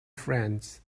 friends